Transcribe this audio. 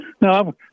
No